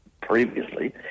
previously